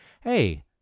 hey